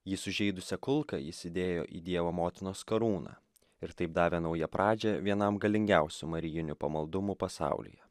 jį sužeidusią kulką jis įdėjo į dievo motinos karūną ir taip davė naują pradžią vienam galingiausių marijinių pamaldumų pasaulyje